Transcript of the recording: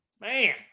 man